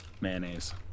Mayonnaise